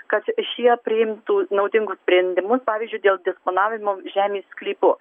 kad šie priimtų naudingus sprendimus pavyzdžiui dėl disponavimo žemės sklypu